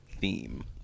theme